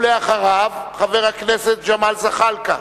ואחריו, חבר הכנסת ג'מאל זחאלקה,